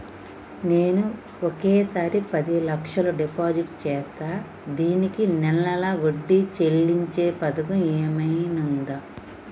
నేను ఒకేసారి పది లక్షలు డిపాజిట్ చేస్తా దీనికి నెల నెల వడ్డీ చెల్లించే పథకం ఏమైనుందా?